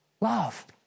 love